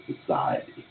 society